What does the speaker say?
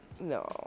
No